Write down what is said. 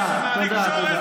תקשורת, תודה.